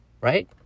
right